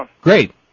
Great